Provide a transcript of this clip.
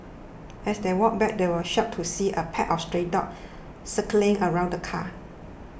as they walked back they were shocked to see a pack of stray dogs circling around the car